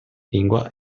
lingua